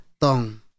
tong